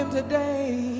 today